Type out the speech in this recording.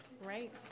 right